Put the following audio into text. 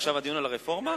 עכשיו הדיון על הרפורמה?